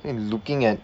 mean looking at